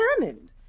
determined